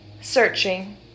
searching